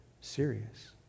serious